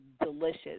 delicious